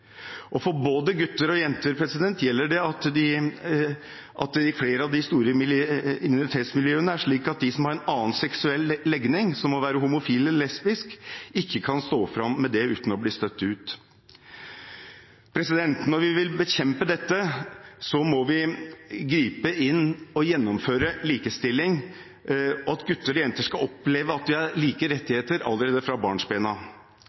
flere av de store minoritetsmiljøene er det slik at de som har en annen seksuell legning – som å være homofil eller lesbisk – ikke kan stå fram med det uten å bli utstøtt. Når vi vil bekjempe dette, må vi gripe inn og gjennomføre likestilling – gutter og jenter skal oppleve at de har like rettigheter allerede fra